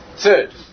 Third